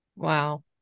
Wow